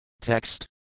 Text